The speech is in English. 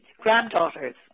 granddaughters